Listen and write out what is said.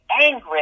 angry